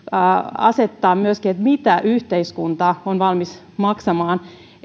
asettaa sille mitä yhteiskunta on valmis maksamaan